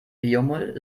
biomüll